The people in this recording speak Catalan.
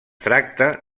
tracta